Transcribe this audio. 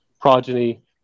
progeny